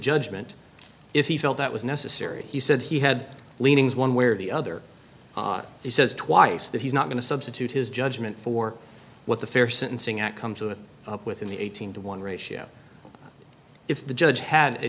judgment if he felt that was necessary he said he had leanings one way or the other he says twice that he's not going to substitute his judgment for what the fair sentencing outcomes of the within the eight hundred to one ratio if the judge had a